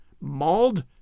mauled